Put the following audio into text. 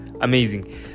amazing